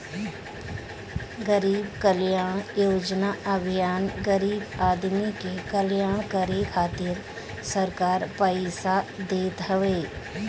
गरीब कल्याण रोजगार अभियान गरीब आदमी के कल्याण करे खातिर सरकार पईसा देत हवे